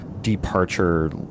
departure